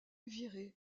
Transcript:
viré